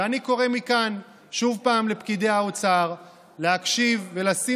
ואני קורא מכאן שוב לפקידי האוצר להקשיב ולשים